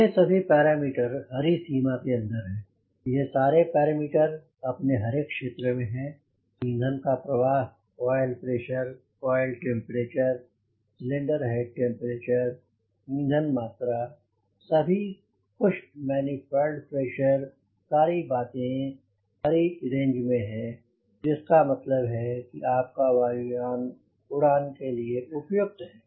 ये सभी पैरामीटर हरी सीमा के अंदर है ये सारे पैरामीटर अपने हरे क्षेत्र में हैं ईंधन का प्रवाह oil pressure oil temperature cylinder head temperature ईंधन मात्रा सभी कुछ मनिफॉल्ड प्रेशर सारी बातें हरी रेंज में हैं जिसका मतलब है कि आपका वायुयान उड़ान के लिए उपयुक्त है